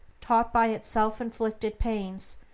taught by its self-inflicted pains,